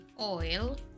oil